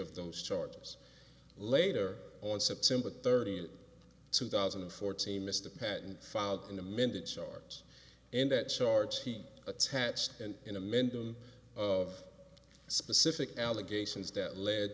of those charges later on september thirtieth two thousand and fourteen mr patten filed an amended chart and that charge sheet attached and in a mendham of specific allegations that led